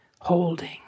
holding